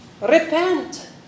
Repent